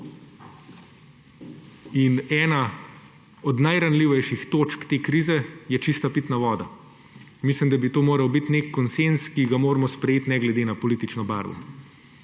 In ena od najranljivejših točk te krize je čista pitna voda. Mislim, da bi to moral biti nek konsenz, ki ga moramo sprejeti, ne glede na politično barvo.